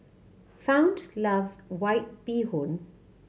Fount loves White Bee Hoon